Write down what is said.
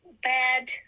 bad